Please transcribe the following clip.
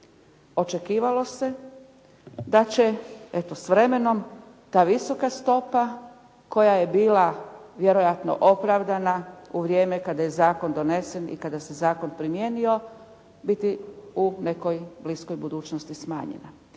Očekivalo se da će eto s vremenom ta visoka stopa koja je bila vjerojatno opravdana u vrijeme kada je zakon donesen i kada se zakon primijenio biti u nekoj bliskoj budućnosti smanjena.